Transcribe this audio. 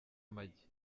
amagi